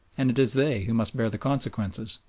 and it is they who must bear the consequences.